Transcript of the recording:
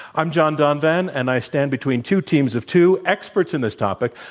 i'm john donvan, and i stand between two teams of two, experts in this topic,